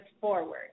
forward